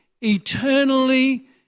eternally